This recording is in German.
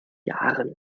jahren